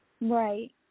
Right